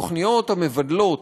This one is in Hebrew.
התוכניות המבדלות,